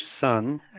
son